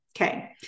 Okay